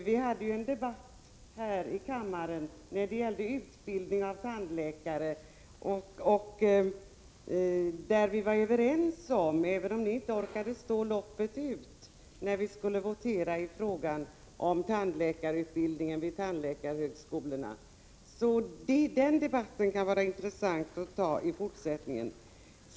Vi hade ju en debatt här i kammaren om utbildningen av tandläkare där vi var överens, även om ni inte orkade stå loppet ut när vi skulle votera i frågan om tandläkarutbildningen vid tandläkarhögskolorna. Den debatten kan vara intressant att föra i fortsättningen.